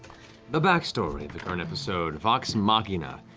the backstory of the current episode. vox machina,